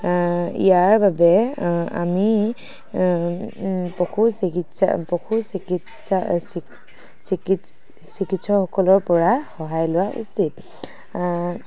ইয়াৰ বাবে আমি পশু চিকিৎসকসকলৰ পৰা সহায় লোৱা উচিত